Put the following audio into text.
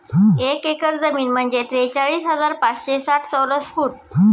एक एकर जमीन म्हणजे त्रेचाळीस हजार पाचशे साठ चौरस फूट